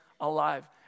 alive